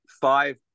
five